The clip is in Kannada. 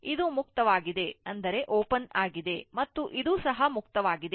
ಇದು ಮುಕ್ತವಾಗಿದೆ ಮತ್ತು ಇದು ಸಹ ಮುಕ್ತವಾಗಿದೆ